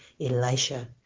elisha